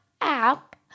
App